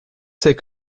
c’est